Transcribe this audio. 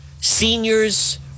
seniors